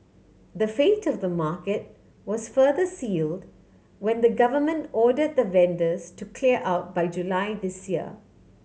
the fate of the market was further sealed when the government order the vendors to clear out by July this year